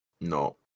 No